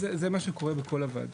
זה מה שקורה בכל הוועדות.